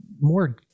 more